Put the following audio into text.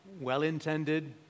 well-intended